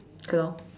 okay lor